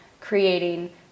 creating